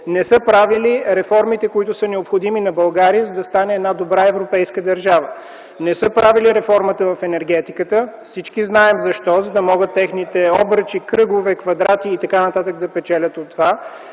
не са правили реформите, които са необходими на България, за да стане една добра европейска държава. Не са правили реформата в енергетиката. Всички знаем защо, за да могат техните обръчи, кръгове, квадрати и така нататък да печелят от това.